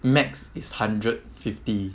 max is hundred fifty